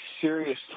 serious